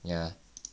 ya